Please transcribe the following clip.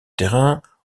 terrain